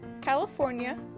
California